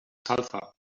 sulfur